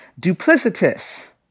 duplicitous